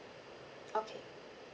okay